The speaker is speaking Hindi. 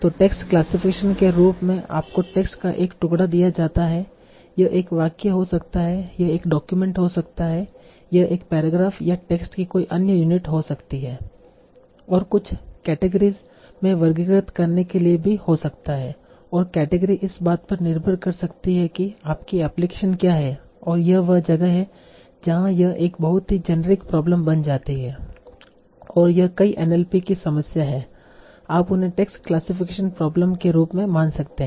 तों टेक्स्ट क्लासिफिकेशन के रूप में आपको टेक्स्ट का एक टुकड़ा दिया जाता है यह एक वाक्य हो सकता है यह एक डॉक्यूमेंट हो सकता है यह एक पैराग्राफ या टेक्स्ट की कोई अन्य यूनिट हो सकती है और यह कुछ केटेगरी में वर्गीकृत करने के लिए भी हो सकता है और केटेगरी इस बात पर निर्भर कर सकती हैं कि आपकी एप्लीकेशन क्या है और यह वह जगह है जहां यह एक बहुत ही जेनेरिक प्रॉब्लम बन जाती है और यह कई NLP की समस्याएं हैं आप उन्हें टेक्स्ट क्लासिफिकेशन प्रोब्लेम्स के रूप में मान सकते हैं